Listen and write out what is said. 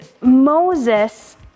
Moses